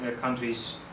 countries